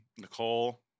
Nicole